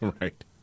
Right